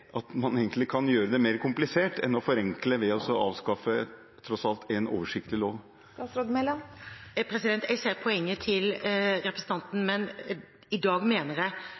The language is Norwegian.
at man egentlig kan gjøre det mer komplisert enn enklere ved å avskaffe en tross alt oversiktlig lov. Jeg ser poenget til representanten, men i dag mener jeg